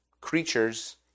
creatures